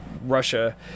Russia